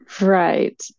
right